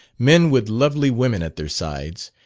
men with lovely women at their sides,